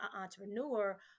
entrepreneur